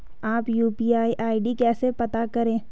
अपना UPI ID कैसे पता करें?